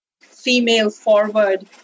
female-forward